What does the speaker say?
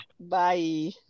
Bye